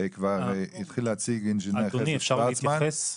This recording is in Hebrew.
כבר התחיל להציג אינג' חזי שורצמן --- אדוני אפשר להתייחס?